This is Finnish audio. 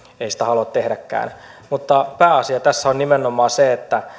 sitä halua tehdäkään mutta pääasia tässä on nimenomaan se että